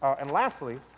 and lastly,